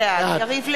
בעד יריב לוין,